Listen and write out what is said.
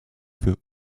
für